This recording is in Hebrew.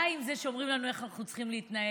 עדיין זה שאומרים לנו איך אנחנו צריכים להתנהג,